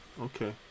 Okay